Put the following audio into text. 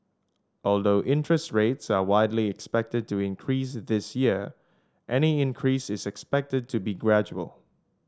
although interest rates are widely expected to increase this year any increases is expected to be gradual